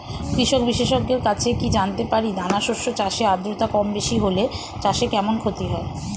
কৃষক বিশেষজ্ঞের কাছে কি জানতে পারি দানা শস্য চাষে আদ্রতা কমবেশি হলে চাষে কেমন ক্ষতি হয়?